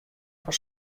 fan